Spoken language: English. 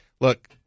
look